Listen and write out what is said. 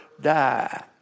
die